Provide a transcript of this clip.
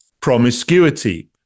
promiscuity